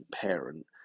parent